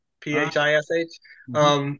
P-H-I-S-H